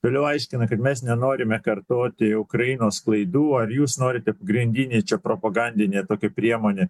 toliau aiškina kad mes nenorime kartoti ukrainos klaidų ar jūs norite pagrandinė čia propagandinė tokia priemonė